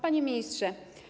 Panie Ministrze!